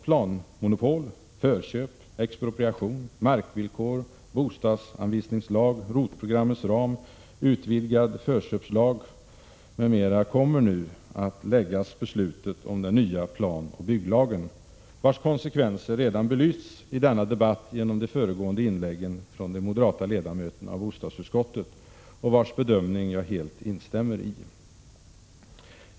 planmonopol, förköp, expropriation, markvillkor, bostadsanvisningslag, ROT-programmets ram, utvidgad förköpslag m.m. kommer nu att läggas beslutet om den nya planoch bygglagen, vars konsekvenser redan belysts i denna debatt genom de föregående inläggen från de moderata ledamöterna av bostadsutskottet, vilkas bedömning jag helt instämmer i.